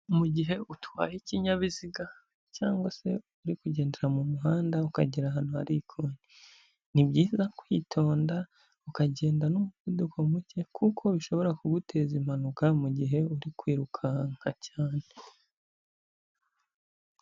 Mu gihe utwaye ikinyabiziga cyangwa se uri kugendera mu muhanda ukagera ahantu hari ikoni ni byiza kwitonda ukagenda n'umuvuduko muke kuko bishobora kuguteza impanuka mugihe uri kwirukanka cyane.